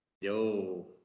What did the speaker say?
Yo